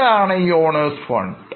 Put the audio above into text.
എന്താണ് Owners Funds